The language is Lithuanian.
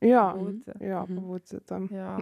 jo būtent jo būti ten jo